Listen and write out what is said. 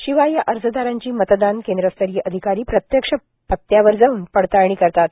शिवाय या अर्जदारांची मतदान केंद्रस्तरीय अधिकारी प्रत्यक्ष पत्त्यावर जाऊन पडताळणी करतात